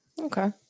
Okay